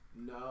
No